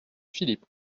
philippe